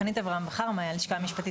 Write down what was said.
שלום לכולם.